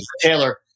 Taylor